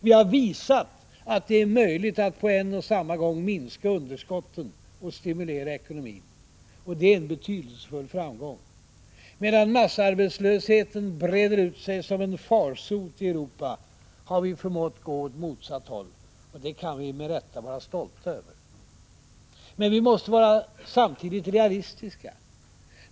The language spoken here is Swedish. Vi har visat att det är möjligt att på en och samma gång minska underskotten och stimulera ekonomin. Detta är en betydelsefull framgång. Medan massarbetslösheten breder ut sig som en farsot i Europa har vi förmått gå åt motsatt håll. Det kan vi med rätta vara stolta över. Men vi måste samtidigt vara realistiska.